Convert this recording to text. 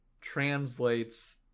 translates